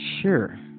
sure